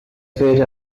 fate